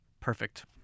perfect